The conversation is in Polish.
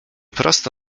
prosto